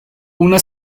una